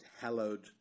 hallowed